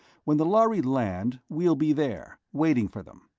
when the lhari land, we'll be there, waiting for them.